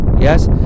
Yes